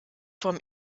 vom